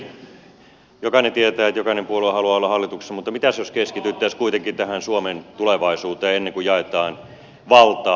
kuitenkin jokainen tietää että jokainen puolue haluaa olla hallituksessa mutta mitäs jos keskityttäisiin kuitenkin tähän suomen tulevaisuuteen ennen kuin jaetaan valtaa